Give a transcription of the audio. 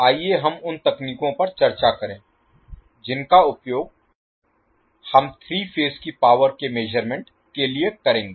आइए हम उन तकनीकों पर चर्चा करें जिनका उपयोग हम 3 फेज की पावर के मेज़रमेंट के लिए करेंगे